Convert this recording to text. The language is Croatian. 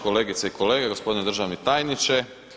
Kolegice i kolege, gospodine državni tajniče.